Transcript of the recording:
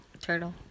Turtle